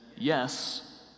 yes